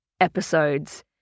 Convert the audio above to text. episodes